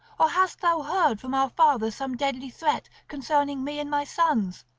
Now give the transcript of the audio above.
or hast thou heard from our father some deadly threat concerning me and my sons?